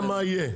לא יודע מה יהיה,